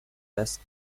asked